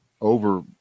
over